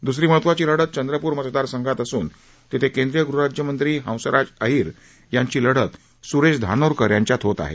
द्सरी महत्वाची लढत चंद्रप्र मतदारसंघात असून तेथे केंद्रीय गृहराज्यमंत्री हंसराज अहिर यांची लढत स्रेश धानोरकर यांच्यात होत आहे